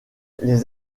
les